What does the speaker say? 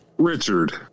Richard